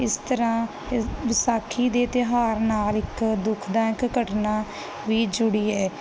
ਇਸ ਤਰ੍ਹਾਂ ਵਿਸਾਖੀ ਦੇ ਤਿਉਹਾਰ ਨਾਲ ਇੱਕ ਦੁੱਖਦਾਇਕ ਘਟਨਾ ਵੀ ਜੁੜੀ ਹੈ